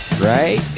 Right